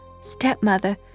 Stepmother